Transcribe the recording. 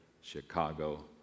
Chicago